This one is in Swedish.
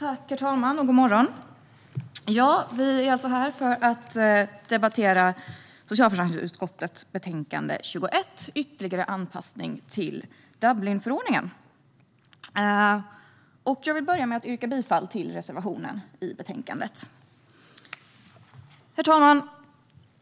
Herr talman! Vi är här för att debattera socialförsäkringsutskottets betänkande 21 om ytterligare anpassning till Dublinförordningen. Jag vill börja med att yrka bifall till reservationen i betänkandet. Herr talman!